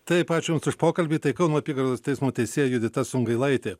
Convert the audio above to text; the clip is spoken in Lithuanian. taip ačiū jums už pokalbį tai kauno apygardos teismo teisėja judita sungailaitė